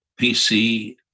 PC